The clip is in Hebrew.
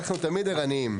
אנחנו תמיד ערניים.